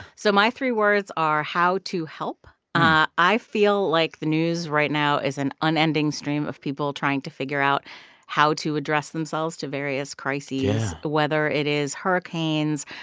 so my three words are, how to help. i feel like the news right now is an unending stream of people trying to figure out how to address themselves to various crises. yeah. whether it is hurricanes,